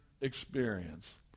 experience